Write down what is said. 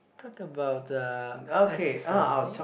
talk about uh exercising